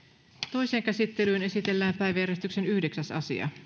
toiseen käsittelyyn esitellään päiväjärjestyksen yhdeksäs asia